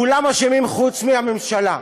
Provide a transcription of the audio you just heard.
כולם אשמים חוץ מהממשלה.